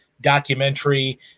documentary